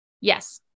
Yes